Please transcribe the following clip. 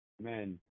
Amen